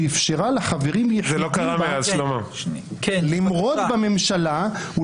שאפשרה לחברים יחידים למרוד בממשלה,